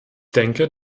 denke